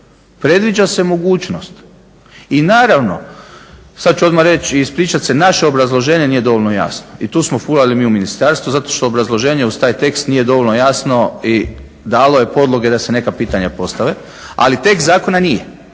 predviđa se mogućnost. I naravno sad ću odmah reći i ispričat se, naše obrazloženje nije dovoljno jasno i tu smo fulali mi u ministarstvu zato što obrazloženje uz taj tekst nije dovoljno jasno i dalo je podloge da se neka pitanja postave ali tekst zakona nije.